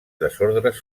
desordres